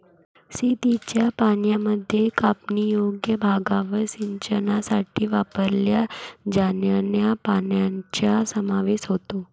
शेतीच्या पाण्यामध्ये कापणीयोग्य भागावर सिंचनासाठी वापरल्या जाणाऱ्या पाण्याचा समावेश होतो